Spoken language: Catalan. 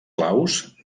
claus